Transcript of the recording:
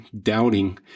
doubting